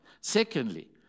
Secondly